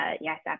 yes